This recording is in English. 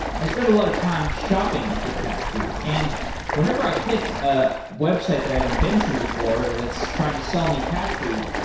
i spend a lot of time shopping for cat food, and whenever i hit a website that i haven't been to before, or that's trying to sell me cat food,